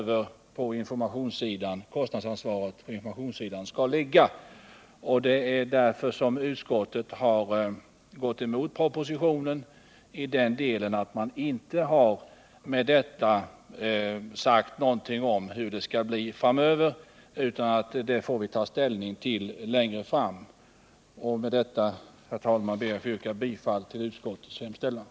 Då kan vi väga in var kostnadsansvaret på informationssidan framöver skall ligga. Det är därför som utskottet har gått emot propositionen i den delen. Utskottet har med sitt avstyrkande inte sagt något om hur det skall bli i framtiden, utan det får vi ta ställning till längre fram. Med detta, herr talman, ber jag att få yrka bifall till utskottets hemställan.